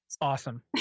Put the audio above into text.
Awesome